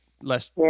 less